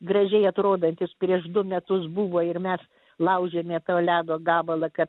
gražiai atrodantis prieš du metus buvo ir mes laužėme to ledo gabalą kad